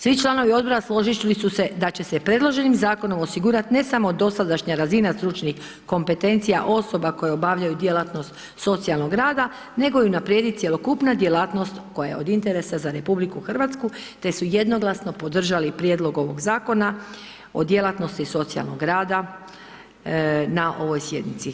Svi članovi Odbora složili su se da će se predloženim Zakonom osigurat, ne samo dosadašnja razina stručnih kompetencija osoba koje obavljaju djelatnost socijalnog rada, nego i unaprijediti cjelokupna djelatnost koja je od interesa za RH, te su jednoglasno podržali prijedlog ovog Zakona o djelatnosti socijalnog rada na ovoj sjednici.